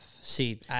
See